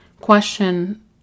question